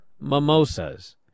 mimosas